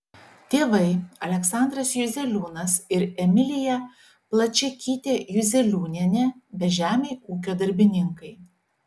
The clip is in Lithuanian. tėvai aleksandras juzeliūnas ir emilija plačiakytė juzeliūnienė bežemiai ūkio darbininkai